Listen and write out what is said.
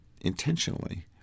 intentionally